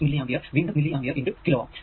8 milli ampere വീണ്ടും milli ampere x kΩ